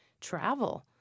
travel